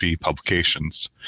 publications